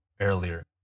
earlier